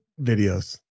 videos